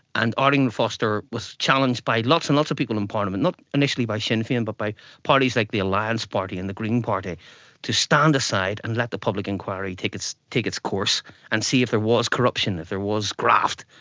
and arlene foster was challenged by lots and lots of people in parliament, not initially by sinn fein but by parties like the alliance party and the green party to stand aside and let the public inquiry take its take its course and see if there was corruption, if there was graft.